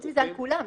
חוץ מזה על כולם.